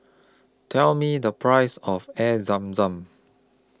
Tell Me The Price of Air Zam Zam